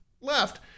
left